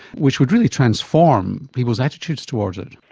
which would really transform people's attitudes towards it.